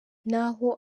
n’aho